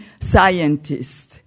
scientists